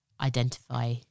Identify